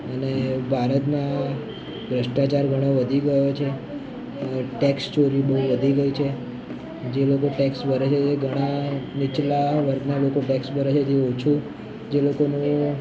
અને ભારતમાં ભ્રષ્ટાચાર ઘણો વધી ગયો છે અને ટેક્સ ચોરી બહુ વધી ગઈ છે જે લોકો જે લોકો ટેક્સ ભરે છે એ ઘણા નીચલા વર્ગનાં લોકો ટેક્સ ભરે છે જે ઓછું જે લોકોનું